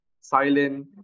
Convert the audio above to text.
silent